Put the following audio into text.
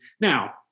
now